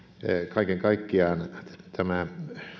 kaiken kaikkiaan tämä